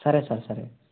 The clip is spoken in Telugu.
సరే సార్ సరే